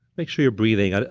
make sure you're breathing. and